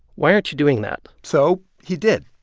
why aren't you doing that? so he did.